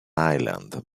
island